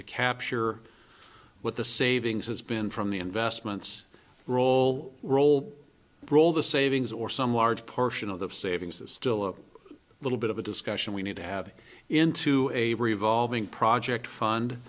to capture what the savings has been from the investments roll roll roll the savings or some large portion of that savings is still a little bit of a discussion we need to have into a revolving project fund